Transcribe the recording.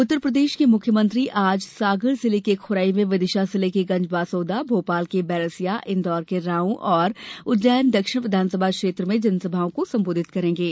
उत्तरप्रदेश के मुख्यमंत्री आज सागर जिले के खुरई में विदिशा जिले की गंजबासौदा भोपाल के बैरसिया इन्दौर के राऊ और उज्जैन दक्षिण विधानसभा क्षेत्र में जनसभाओं को संबोधित करेंगे